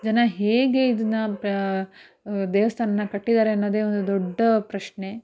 ಜನ ಹೇಗೆ ಇದನ್ನು ಪ್ರ ದೇವಸ್ಥಾನನ ಕಟ್ಟಿದ್ದಾರೆ ಅನ್ನೋದೆ ಒಂದು ದೊಡ್ಡ ಪ್ರಶ್ನೆ